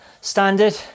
standard